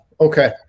okay